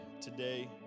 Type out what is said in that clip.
today